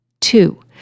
Two